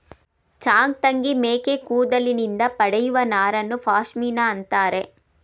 ಚಾಂಗ್ತಂಗಿ ಮೇಕೆ ಕೂದಲಿನಿಂದ ಪಡೆಯುವ ನಾರನ್ನು ಪಶ್ಮಿನಾ ಅಂತರೆ